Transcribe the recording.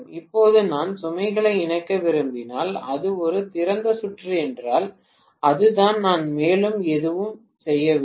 இப்போது நான் சுமைகளை இணைக்க விரும்பினால் அது ஒரு திறந்த சுற்று என்றால் அதுதான் நான் மேலும் எதுவும் செய்யவில்லை